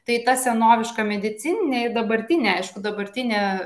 tai ta senoviška medicininė ir dabartinė aišku dabartinė